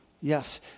Yes